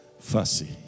fussy